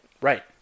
Right